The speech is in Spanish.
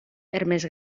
hermes